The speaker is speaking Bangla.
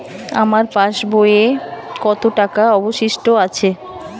আমার পাশ বইয়ে কতো টাকা অবশিষ্ট আছে?